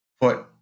put